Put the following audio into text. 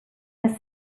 was